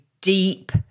deep